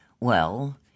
Well